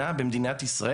במדינת ישראל.